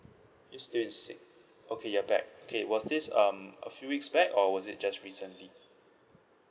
you still in sing~ okay your bag okay was this um a few weeks back or was it just recently